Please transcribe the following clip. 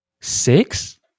Six